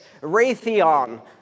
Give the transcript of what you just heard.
Raytheon